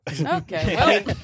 Okay